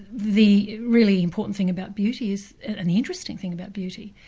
the really important thing about beauty is, and the interesting thing about beauty,